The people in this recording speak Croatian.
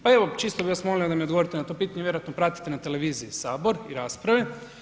Pa evo čisto bih vas molio da mi odgovorite na to pitanje, vjerojatno pratite na televiziji Sabor i rasprave.